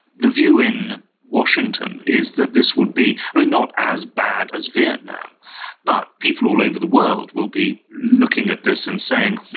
the view in washington is that this would be, i mean, not as bad as vietnam but people all over the world will be looking at this and saying,